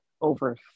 over